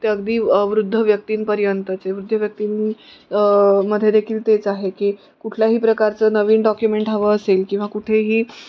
ते अगदी वृद्ध व्यक्तींपर्यंतचे वृद्ध व्यक्तीं मध्ये देखील तेच आहे की कुठल्याही प्रकारचं नवीन डॉक्युमेंट हवं असेल किंवा कुठेही